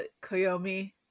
Koyomi